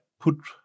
put